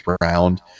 round